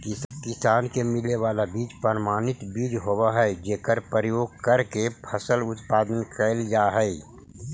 किसान के मिले वाला बीज प्रमाणित बीज होवऽ हइ जेकर प्रयोग करके फसल उत्पादन कैल जा हइ